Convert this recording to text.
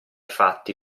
fatti